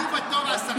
יעמדו בתור עשרה ילדים.